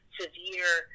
severe